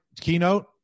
keynote